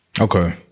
Okay